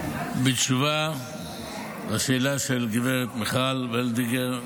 בתשובה על השאלה של גב' מיכל וולדיגר,